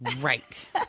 Right